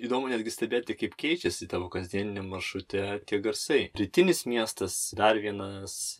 įdomu netgi stebėti kaip keičiasi tavo kasdieniniam maršrute tie garsai rytinis miestas dar vienas